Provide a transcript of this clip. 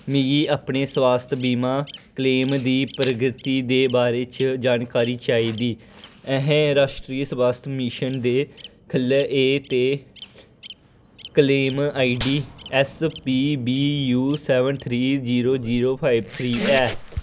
मिगी अपने स्वास्थ बीमा क्लेम दी प्रगति दे बारे च जानकारी चाहिदी एह् राश्ट्री स्वास्थ मिशन दे ख'ल्ल ऐ ते claim I D S P V U seven three zero zero five three ऐ